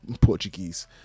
Portuguese